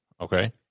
Okay